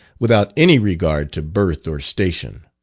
without any regard to birth or station.